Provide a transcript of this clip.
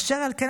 אשר על כן,